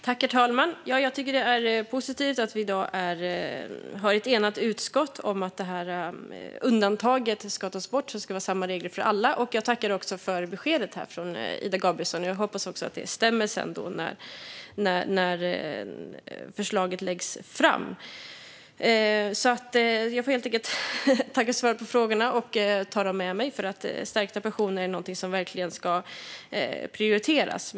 Herr talman! Jag tycker att det är positivt att vi i dag har ett enigt utskott bakom att undantaget ska tas bort. Det ska vara samma regler för alla. Jag tackar också för beskedet här från Ida Gabrielsson. Jag hoppas också att det sedan stämmer när förslaget läggs fram. Jag får helt enkelt tacka för svaren på frågorna. Jag tar dem med mig. Stärkta pensioner är någonting som verkligen ska prioriteras.